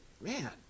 man